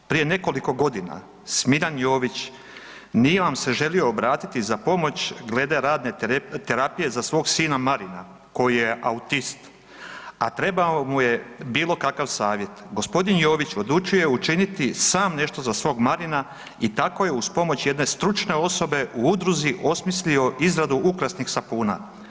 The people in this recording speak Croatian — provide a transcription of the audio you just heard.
Prije nekoliko godina Smiljan Jović nije vam se želio obratiti za pomoć glede radne terapije za svog sina Marina koji je autist, a trebao mu je bilo kakav savjet. g. Jović odlučio je učiniti sam nešto za svog Marina i tako je uz pomoć jedne stručne osobe u udruzi osmislio izradu ukrasnih sapuna.